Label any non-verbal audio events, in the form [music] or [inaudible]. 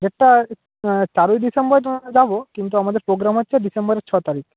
ডেটটা চারই ডিসেম্বর [unintelligible] যাব কিন্তু আমাদের প্রোগ্রাম হচ্ছে ডিসেম্বরের ছ তারিখ